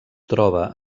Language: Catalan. troba